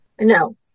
No